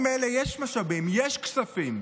לדברים האלה יש משאבים, יש כספים.